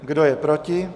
Kdo je proti?